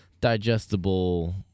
digestible